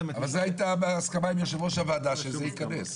אבל זה היה בהסכמה עם יושב ראש הוועדה שזה ייכנס.